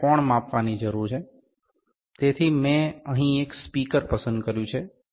આપણે કોણ માપવાની જરૂર છે તેથી મેં અહીં એક સ્પીકર પસંદ કર્યું છે